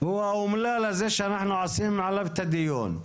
הוא האומלל הזה שאנחנו עושים עליו את הדיון.